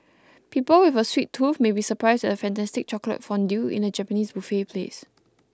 people with a sweet tooth may be surprised at a fantastic chocolate fondue in a Japanese buffet place